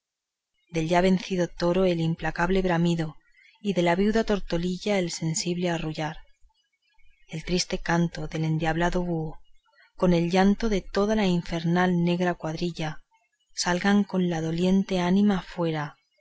del ya vencido toro el implacable bramido y de la viuda tortolilla el sentible arrullar el triste canto del envidiado búho con el llanto de toda la infernal negra cuadrilla salgan con la doliente ánima fuera